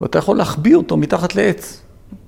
‫ואתה יכול להחביא אותו מתחת לעץ.